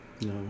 No